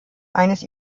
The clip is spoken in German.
eines